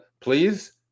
please